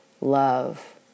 love